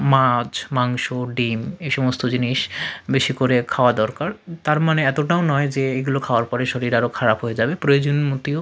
মাছ মাংস ডিম এই সমস্ত জিনিস বেশি করে খাওয়া দরকার তার মানে এতোটাও নয় যে এইগুলো খাওয়ার পরে শরীর আরও খারাপ হয়ে যাবে প্রয়োজনমতও